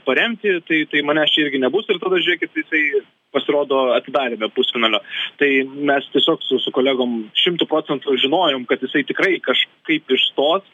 paremti tai tai manęs čia irgi nebus ir tada žiūrėkit jisai pasirodo atidaryme pusfinalio tai mes tiesiog su su kolegom šimtu procentų žinojom kad jisai tikrai kažkaip išstos